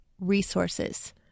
resources